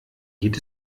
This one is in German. geht